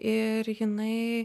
ir jinai